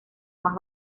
más